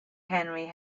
henry